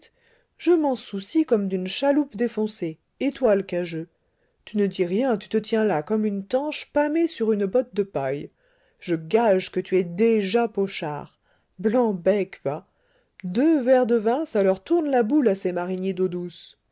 je m'en soucie comme d'une chaloupe défoncée et toi l'cageux tu ne dis rien tu te tiens là comme une tanche pâmée sur une botte de paille je gage que tu es déjà pochard blanc-bec va deux verres de vin ça leur tourne la boule à ces mariniers d'eau douce